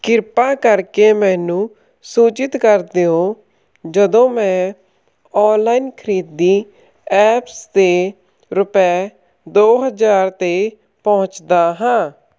ਕਿਰਪਾ ਕਰਕੇ ਮੈਨੂੰ ਸੂਚਿਤ ਕਰ ਦਿਉ ਜਦੋਂ ਮੈਂ ਔਨਲਾਇਨ ਖਰੀਦੀ ਐਪਸ 'ਤੇ ਰੁਪਏ ਦੋ ਹਜ਼ਾਰ 'ਤੇ ਪਹੁੰਚਦਾ ਹਾਂ